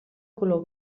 color